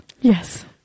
Yes